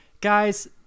guys